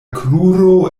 kruro